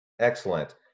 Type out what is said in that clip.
Excellent